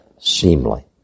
seemly